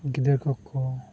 ᱜᱤᱫᱟᱹᱨ ᱠᱚ ᱠᱚ